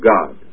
God